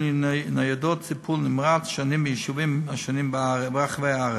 ניידות טיפול נמרץ ביישובים השונים ברחבי הארץ.